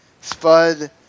spud